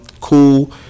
cool